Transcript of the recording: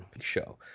show